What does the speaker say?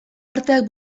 arteak